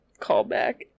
Callback